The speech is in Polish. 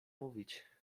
mówić